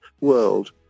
world